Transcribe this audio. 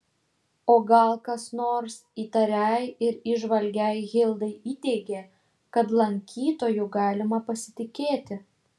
o gal kas nors įtariai ir įžvalgiai hildai įteigė kad lankytoju galima pasitikėti